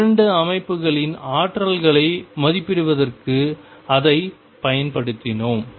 இரண்டு அமைப்புகளின் ஆற்றல்களை மதிப்பிடுவதற்கு அதைப் பயன்படுத்தினோம்